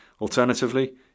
Alternatively